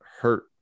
hurt